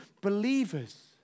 believers